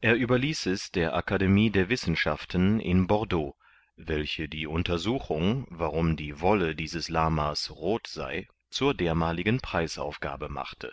er überließ es der akademie der wissenschaften in bordeaux welche die untersuchung warum die wolle dieses lama's roth sei zur dermaligen preisaufgabe machte